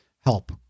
help